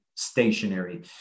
stationary